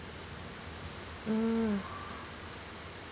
mm